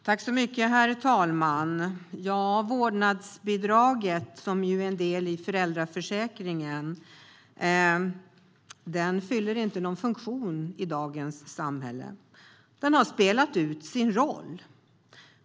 Herr talman! Vårdnadsbidraget, som ju är en del i föräldraförsäkringen, fyller inte någon funktion i dagens samhälle. Det har spelat ut sin roll.